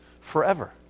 forever